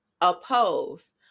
oppose